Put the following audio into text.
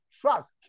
trust